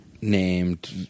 named